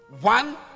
One